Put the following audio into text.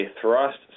thrust